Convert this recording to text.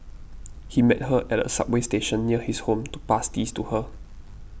he met her at a subway station near his home to pass these to her